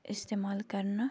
استعمال کَرنہٕ